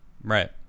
Right